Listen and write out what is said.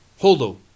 Holdo